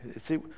See